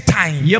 time